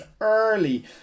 early